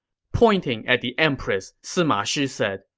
pointing at the empress, sima shi said,